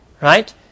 right